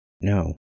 no